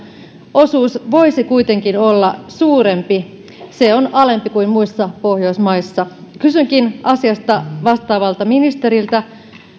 osuus voisi kuitenkin olla suurempi se on alempi kuin muissa pohjoismaissa kysynkin asiasta vastaavalta ministeriltä